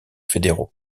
fédéraux